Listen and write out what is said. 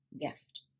gift